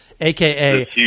AKA